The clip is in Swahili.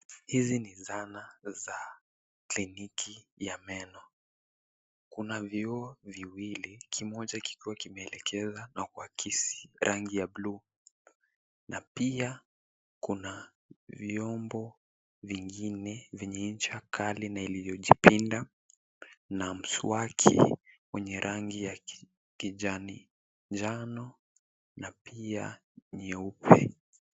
Hizi ni zana za kliniki ya meno. Kuna vioo viwili, kimoja kikiwa kimeelekezwa na kuakisi rangi ya bluu. Na pia kuna vyombo vingine venye chakali na iliyojipinda na mswaki mwenye rangi ya kijani njano na pia nyeupe.